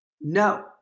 No